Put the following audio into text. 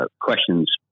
questions